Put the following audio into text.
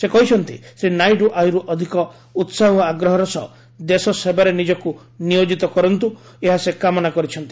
ସେ କହିଛନ୍ତି ଶ୍ରୀ ନାଇଡୁ ଆହୁରି ଅଧିକ ଉତ୍ସାହ ଓ ଆଗ୍ରହର ସହ ଦେଶସେବାରେ ନିଜକୁ ନିୟୋଜିତ କରନ୍ତୁ ଏହା ସେ କାମନା କରିଛନ୍ତି